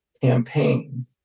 campaign